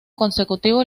consecutivo